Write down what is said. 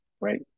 right